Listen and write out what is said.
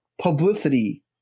publicity